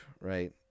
right